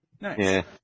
Nice